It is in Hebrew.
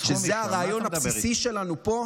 שזה הרעיון הבסיסי שלנו פה,